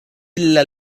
إلا